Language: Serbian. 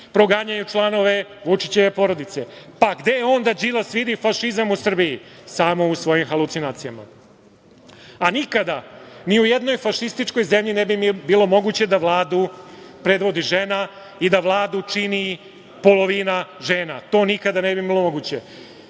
proganjaju članove Vučićeve porodice. Pa, gde onda Đilas vidi fašizam u Srbiji? Samo u svojim halucinacijama. Nikada ni u jednoj fašističkoj zemlji ne bi bilo moguće da Vladu predvodi žena i da Vladu čini polovina žena. To nikada ne bi bilo moguće,